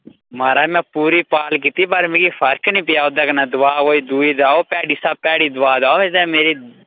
महाराज में पूरी भाल कीती पर मिगी फर्क नि पेआ ओह्दे कन्नै दोआ कोई दुई देओ भैड़ी शा भैड़ी दोआ देओ एहदे मेरी